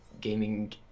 gaming